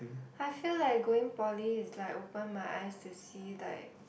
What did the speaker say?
I feel like going poly is like open my eyes to see like